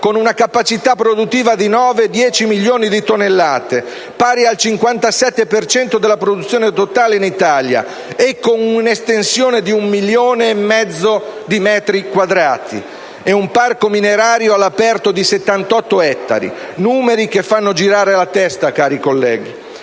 con una capacità produttiva di 9-10 milioni di tonnellate annue prodotte, pari al 57 per cento della produzione totale in Italia, e con un'estensione di 1,5 milioni di metri quadrati e un parco minerario all'aperto di 78 ettari. Numeri che fanno girare la testa, cari colleghi.